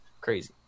crazy